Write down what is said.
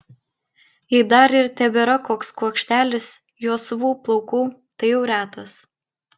jei dar ir tebėra koks kuokštelis juosvų plaukų tai jau retas